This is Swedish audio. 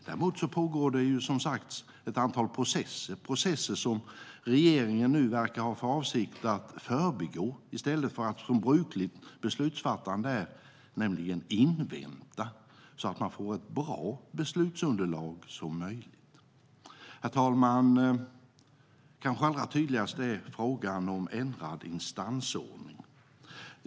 Däremot pågår som sagt ett antal processer - processer som regeringen nu verkar ha för avsikt att förbigå i stället för vad som är brukligt beslutsfattande, nämligen invänta så att man får ett så bra beslutsunderlag som möjligt. Herr talman! Kanske allra tydligast är frågan om ändrad instansordning.